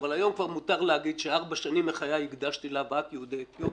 אבל היום כבר מותר להגיד שארבע שנים מחיי הקדשתי להבאת יהודי אתיופיה.